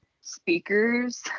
speakers